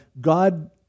god